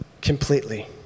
completely